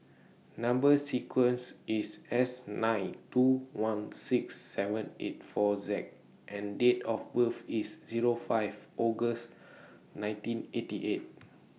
Number sequence IS S nine two one six seven eight four Z and Date of birth IS Zero five August nineteen eighty eight